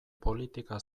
politika